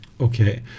Okay